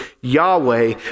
Yahweh